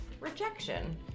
rejection